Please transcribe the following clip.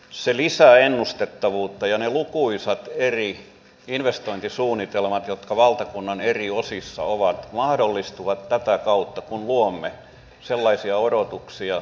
se saatava lisäsatsauksia ja ne lukuisat eri investointisuunnitelmat jotka valtakunnan eri osissa ovat meidän on saatava uusia yrittäjiä tälle alalle